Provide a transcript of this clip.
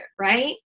right